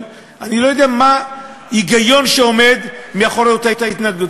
ואני לא יודע מה ההיגיון שעומד מאחורי אותה התנגדות.